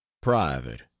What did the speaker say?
Private